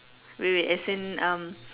wait wait as in um